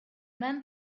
men